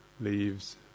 leaves